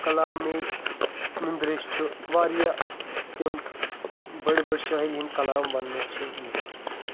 کالامے نُندریش چھُ واریاہ تِم بٔڑ بٔڑ شٲعری ہنٛدۍ کلام وَننہٕ چھِ یِوان